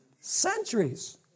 Centuries